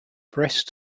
breast